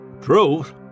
Truth